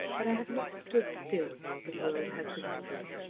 that i have not stood still while the world has been moving.